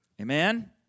Amen